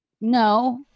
no